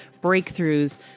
breakthroughs